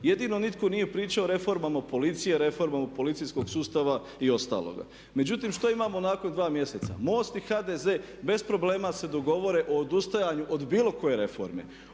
Jedini nitko nije pričao o reformama o policiji, reformama policijskog sustava i ostaloga. Međutim, što imamo nakon dva mjeseca MOST i HDZ bez problema se dogovore o odustajanju od bilo koje reforme,